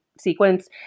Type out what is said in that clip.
sequence